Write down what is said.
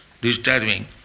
disturbing